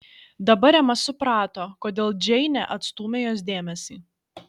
dabar ema suprato kodėl džeinė atstūmė jos dėmesį